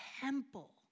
temple